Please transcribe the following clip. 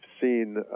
seen